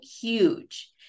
huge